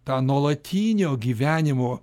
tą nuolatinio gyvenimo